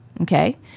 okay